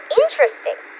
interesting